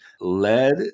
led